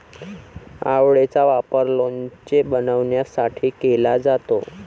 आवळेचा वापर लोणचे बनवण्यासाठी केला जातो